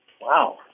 Wow